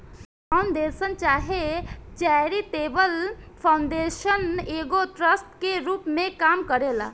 foundation चाहे charitable foundation एगो trust के रूप में काम करेला